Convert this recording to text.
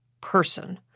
person